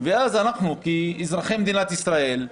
ואז אנחנו, כאזרחי מדינת ישראל,